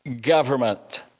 government